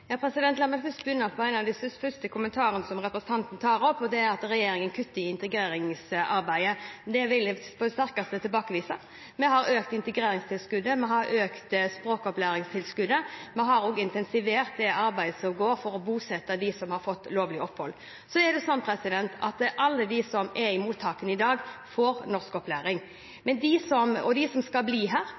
La meg begynne med en av de første kommentarene fra representanten, og det er at regjeringen kutter i integreringsarbeidet. Det vil jeg på det sterkeste tilbakevise. Vi har økt integreringstilskuddet, vi har økt språkopplæringstilskuddet, og vi har også intensivert det arbeidet som går for å bosette dem som har fått lovlig opphold. Så er det slik at alle de som er i mottakene i dag, får norskopplæring, og de som skal bli her,